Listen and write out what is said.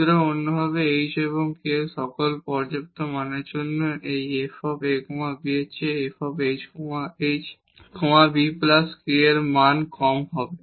সুতরাং অন্যভাবে h এবং k এর সকল পর্যাপ্ত মানের জন্য এই f a b চেয়ে f ah bk এর মান কম মান হবে